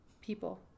people